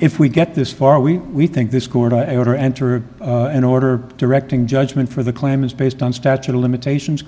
if we get this far we we think this court order entered an order directing judgment for the claim is based on statute of limitations